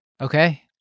Okay